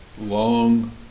long